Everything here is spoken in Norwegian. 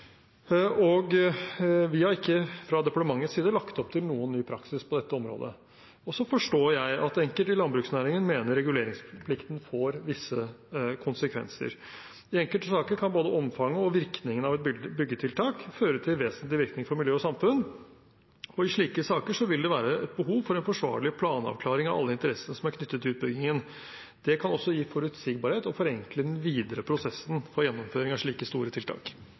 og vi har ikke fra departementets side lagt opp til noen ny praksis på dette området. Jeg forstår at enkelte i landbruksnæringen mener reguleringsplikten får visse konsekvenser. I enkelte saker kan både omfanget og virkningen av et byggetiltak føre til vesentlig virkning for miljø og samfunn, og i slike saker vil det være behov for en forsvarlig planavklaring av alle interessene som er knyttet til utbyggingen. Det kan også gi forutsigbarhet å forenkle den videre prosessen for gjennomføringen av slike store tiltak.